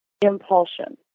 impulsion